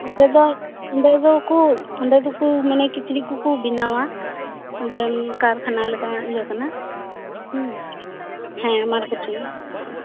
ᱚᱸᱰᱮ ᱫᱚ ᱚᱸᱰᱮ ᱫᱚᱠᱚ ᱚᱸᱰᱮ ᱫᱚᱠᱚ ᱢᱟᱱᱮ ᱠᱤᱪᱨᱤᱡᱽ ᱠᱚᱠᱚ ᱵᱮᱱᱟᱣᱟ ᱚᱸᱰᱮ ᱠᱟᱨᱠᱷᱟᱱᱟ ᱞᱮᱠᱟᱱᱟᱜ ᱤᱭᱟᱹ ᱠᱟᱱᱟ ᱦᱩᱸ ᱦᱮᱸ ᱟᱢᱟᱨ ᱠᱩᱴᱤᱨ